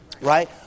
right